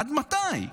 עד מתי?